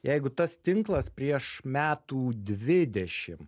jeigu tas tinklas prieš metų dvidešim